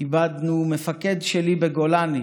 איבדנו ממחלה מפקד שלי בגולני,